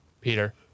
Peter